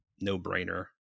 no-brainer